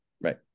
Right